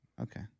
Okay